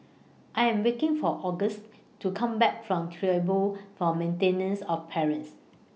I Am waiting For Augustus to Come Back from Tribunal For Maintenance of Parents